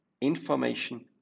Information